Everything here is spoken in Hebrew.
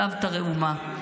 סבתא ראומה".